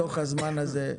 מתוך הזמן הזה,